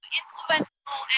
influential